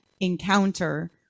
encounter